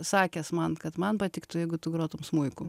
sakęs man kad man patiktų jeigu tu grotum smuiku